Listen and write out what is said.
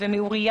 פאטמה